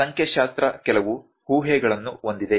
ಆದ್ದರಿಂದ ಸಂಖ್ಯಾಶಾಸೃ ಕೆಲವು ಊಹೆಗಳನ್ನು ಹೊಂದಿದೆ